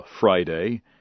Friday